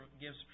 gives